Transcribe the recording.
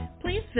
Please